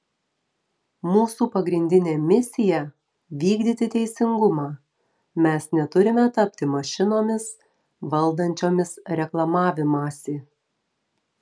mūsų pagrindinė misija vykdyti teisingumą mes neturime tapti mašinomis valdančiomis reklamavimąsi